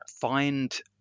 find